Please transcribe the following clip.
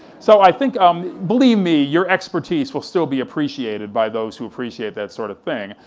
so i think um believe me, your expertise will still be appreciated by those who appreciate that sort of thing,